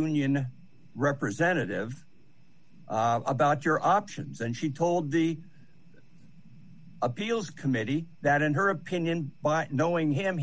union representative about your options and she told the appeals committee that in her opinion but knowing him